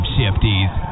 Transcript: Shifties